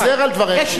יש יחס.